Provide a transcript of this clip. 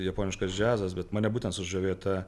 japoniškas džiazas bet mane būtent sužavėjo ta